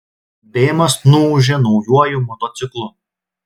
bėmas nuūžė naujuoju motociklu